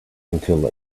until